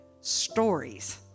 Stories